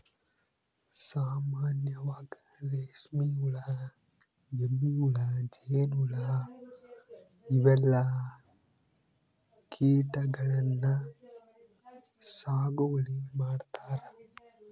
ಸಾಮಾನ್ಯವಾಗ್ ರೇಶ್ಮಿ ಹುಳಾ, ಎಮ್ಮಿ ಹುಳಾ, ಜೇನ್ಹುಳಾ ಇವೆಲ್ಲಾ ಕೀಟಗಳನ್ನ್ ಸಾಗುವಳಿ ಮಾಡ್ತಾರಾ